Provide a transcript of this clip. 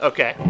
Okay